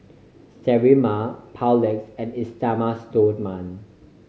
Sterimar Papulex and Esteem Stoma